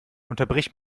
unterbrich